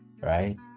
Right